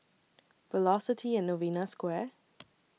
Velocity and Novena Square